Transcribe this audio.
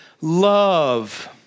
love